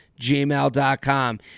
gmail.com